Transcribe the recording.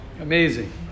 amazing